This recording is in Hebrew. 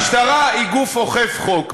המשטרה היא גוף אוכף חוק.